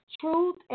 Truth